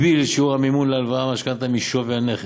הגביל את שיעור המימון להלוואת משכנתה משווי הנכס,